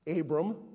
Abram